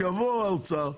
שיבוא האוצר,